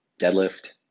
deadlift